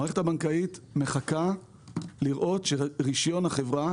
המערכת הבנקאית מחכה לראות שרישיון החברה,